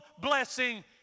blessing